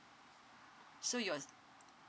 so yours